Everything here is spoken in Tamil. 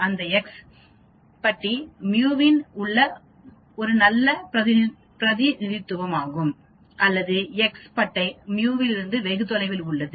அந்த எக்ஸ் பட்டி μ இன் ஒரு நல்ல பிரதிநிதித்துவமாகும் அல்லது எக்ஸ் பட்டை μ இலிருந்து வெகு தொலைவில் உள்ளது